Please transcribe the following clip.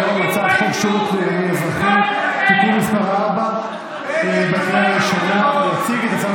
עברה בקריאה הראשונה, תתביישו.